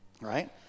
right